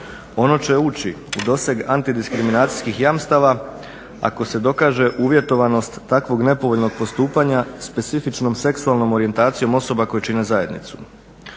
Ono će ući u doseg antidiskriminacijskih jamstava ako se dokaže uvjetovanost takvog nepovoljnog postupanja specifičnom seksualnom orijentacijom osoba koje čine zajednicu.